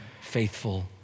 faithful